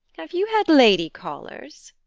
have you had lady callers?